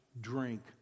drink